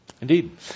Indeed